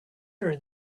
her